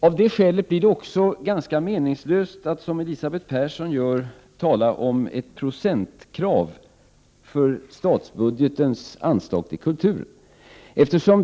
Av det skälet blir det också ganska meningslöst att, som Elisabeth Persson gör, tala om ett procentkrav för statsbudgetens anslag till kulturen.